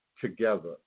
together